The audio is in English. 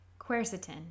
Quercetin